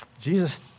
Jesus